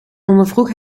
ondervroeg